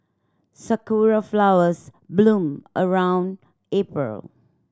sakura flowers bloom around April